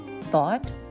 thought